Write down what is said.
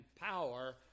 power